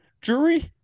Jury